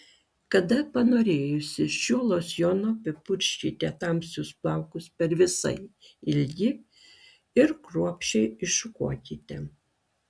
kada panorėjusi šiuo losjonu apipurkškite tamsius plaukus per visą ilgį ir kruopščiai iššukuokite